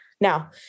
Now